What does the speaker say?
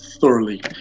thoroughly